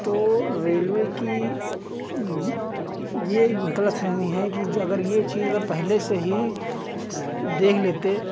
तो रेलवे की यह गलतफ़हमी है कि अगर ये चीज़ अगर पहले से ही देख लेते